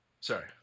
Sorry